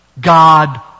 God